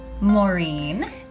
Maureen